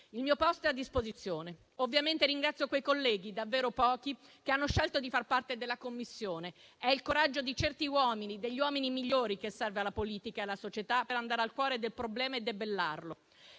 Il mio posto è a disposizione. Ovviamente ringrazio quei colleghi, davvero pochi, che hanno scelto di far parte della Commissione. È il coraggio di certi uomini, degli uomini migliori, che serve alla politica e alla società per andare al cuore del problema e debellarlo.